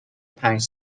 پنج